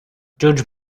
judge